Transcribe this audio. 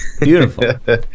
Beautiful